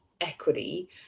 equity